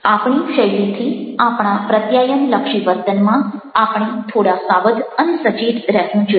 આપણી ખાસ શૈલીથી આપણા પ્રત્યાયનલક્ષી વર્તનમાં આપણે થોડા સાવધ અને સચેત રહેવું જોઈએ